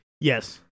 Yes